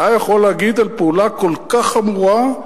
אתה יכול להגיד על פעולה כל כך חמורה,